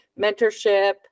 mentorship